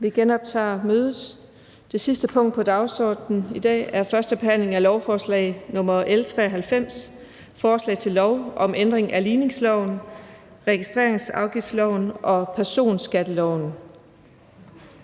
(Kl. 16:16). --- Det sidste punkt på dagsordenen er: 4) 1. behandling af lovforslag nr. L 93: Forslag til lov om ændring af ligningsloven, registreringsafgiftsloven og personskatteloven.